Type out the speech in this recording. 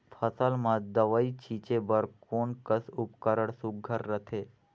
फसल म दव ई छीचे बर कोन कस उपकरण सुघ्घर रथे?